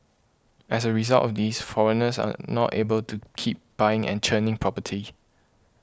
as a result of these foreigners are not able to keep buying and churning property